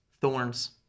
thorns